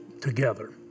together